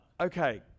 okay